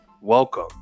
welcome